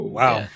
wow